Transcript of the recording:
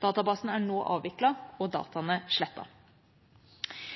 Databasen er nå avviklet og dataene slettet.